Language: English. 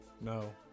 No